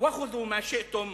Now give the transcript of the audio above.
צלמו כחפצכם,